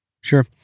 Sure